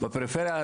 היא הצליחה.